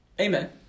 Amen